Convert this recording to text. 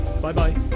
Bye-bye